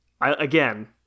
again